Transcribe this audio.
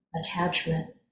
attachment